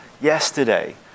yesterday